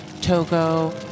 Togo